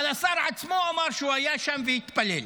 אבל השר עצמו אמר שהוא היה שם והתפלל,